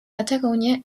patagonia